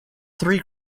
three